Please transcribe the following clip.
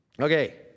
Okay